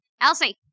Elsie